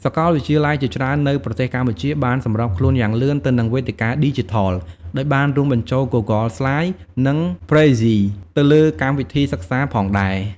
សកលវិទ្យាល័យជាច្រើននៅប្រទេសកម្ពុជាបានសម្របខ្លួនយ៉ាងលឿនទៅនឹងវេទិកាឌីជីថល ដោយបានរួមបញ្ចូល Google Slides និង Prezi ទៅក្នុងកម្មវីធីសិក្សាផងដែរ។